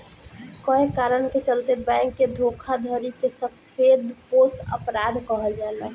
कए कारण के चलते बैंक के धोखाधड़ी के सफेदपोश अपराध कहल जाला